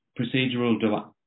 procedural